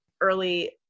early